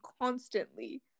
constantly